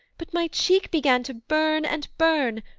but my cheek began to burn and burn,